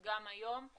בוקר טוב לכולם.